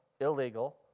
illegal